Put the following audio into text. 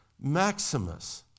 Maximus